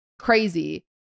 crazy